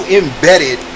embedded